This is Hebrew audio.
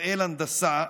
בראל הנדסה,